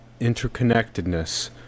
interconnectedness